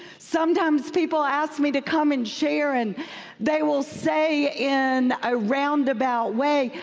sometimes people ask me to come and share, and they will say in a roundabout way,